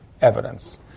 evidence